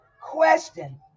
question